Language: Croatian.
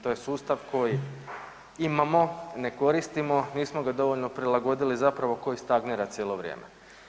To je sustav koji imamo, ne koristimo, nismo ga dovoljno prilagodili zapravo koji stagnira cijelo vrijeme.